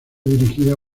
dirigida